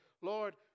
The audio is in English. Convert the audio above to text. Lord